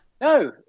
no